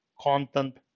content